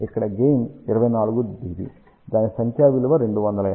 ఇక్కడ gain 24 dB దాని సంఖ్యా విలువ 250